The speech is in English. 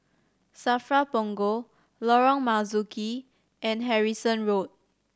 SAFRA Punggol Lorong Marzuki and Harrison Road